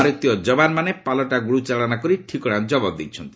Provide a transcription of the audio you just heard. ଭାରତୀୟ ଯବାନମାନେ ପାଲଟା ଗୁଳିଚାଳନା କରି ଠିକଣା ଜବାବ ଦେଇଛନ୍ତି